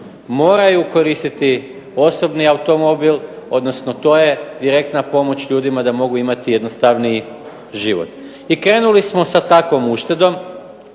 moraju koristiti osobni automobil, odnosno to je direktna pomoć ljudima da mogu imati jednostavniji život. I krenuli smo sa takvom uštedom,